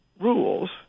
rules